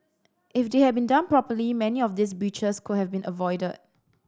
if they had been done properly many of these breaches could have been avoided